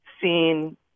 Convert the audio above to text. seen